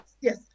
yes